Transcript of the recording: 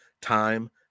time